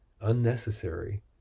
unnecessary